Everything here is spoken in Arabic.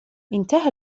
انتهى